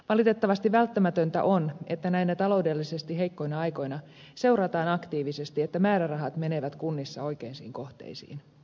valitettavasti välttämätöntä on että näinä taloudellisesti heikkoina aikoina seurataan aktiivisesti että määrärahat menevät kunnissa oikeisiin kohteisiin